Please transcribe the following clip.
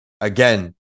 Again